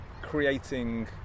creating